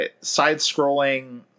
side-scrolling